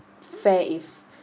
fair if